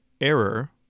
error